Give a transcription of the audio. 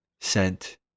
sent